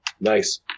nice